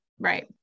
Right